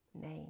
name